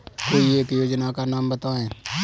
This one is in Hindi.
कोई एक योजना का नाम बताएँ?